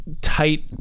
Tight